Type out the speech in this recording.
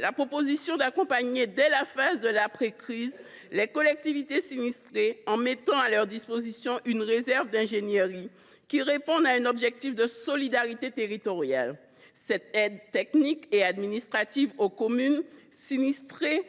la proposition d’accompagner dès la phase de l’après crise les collectivités sinistrées en mettant à leur disposition une réserve d’ingénierie qui réponde à un objectif de solidarité territoriale. Cette aide technique et administrative aux communes sinistrées